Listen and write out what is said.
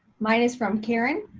mine is from karen.